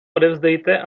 odevzdejte